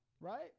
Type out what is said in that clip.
Right